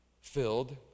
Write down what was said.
filled